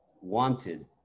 wanted